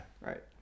right